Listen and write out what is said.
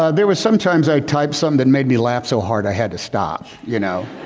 ah there was sometimes i type some that made me laugh so hard i had to stop you know,